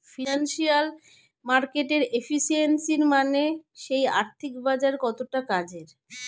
financial মার্কেটের efficiency মানে সেই আর্থিক বাজার কতটা কাজের